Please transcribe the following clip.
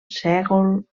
sègol